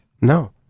No